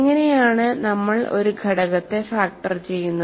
എങ്ങനെയാണ് നമ്മൾ ഒരു ഘടകത്തെ ഫാക്ടർ ചെയ്യുന്നത്